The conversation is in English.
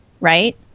right